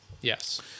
Yes